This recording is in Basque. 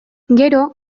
gero